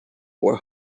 for